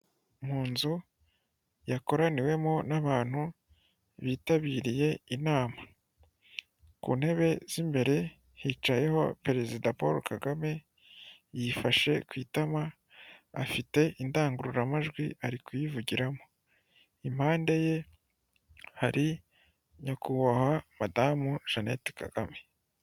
Mu nzu yakoraniwemo n'abantu bitabiriye inama, ku ntebe z'imbere hicayeho perezida Poro Kagame, yifashe ku itama afite indangururamajwi ari kuyivugiramo, impande ye hari nyakubahwa madamu Janete Kagame.